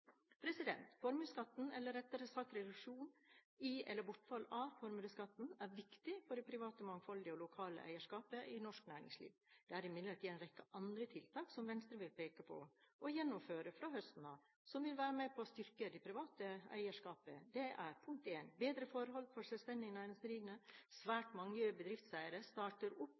Formuesskatten – eller rettere sagt reduksjon i, eller bortfall av, formuesskatten – er viktig for det private, mangfoldige og lokale eierskapet i norsk næringsliv. Det er imidlertid en rekke andre tiltak som Venstre vil peke på, og gjennomføre fra høsten av, som vil være med på å styrke det private eierskapet: Venstre vil ha bedre forhold for selvstendig næringsdrivende. Svært mange bedriftseiere starter opp